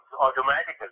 automatically